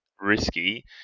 risky